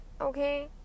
okay